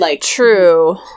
True